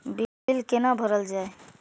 Bill कैना भरल जाय?